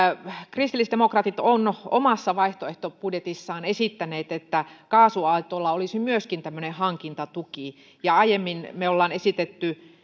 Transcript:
kristillisdemokraatit ovat omassa vaihtoehtobudjetissaan esittäneet että myöskin kaasuautoilla olisi tämmöinen hankintatuki ja aiemmin me olemme